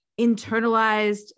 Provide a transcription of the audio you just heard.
internalized